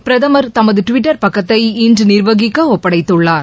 பிரதமர் தமது டுவிட்டர் பக்கத்தை இன்று நிர்வகிக்க ஒப்படைத்துள்ளார்